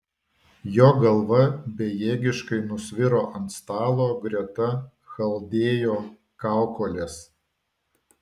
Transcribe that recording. jo galva bejėgiškai nusviro ant stalo greta chaldėjo kaukolės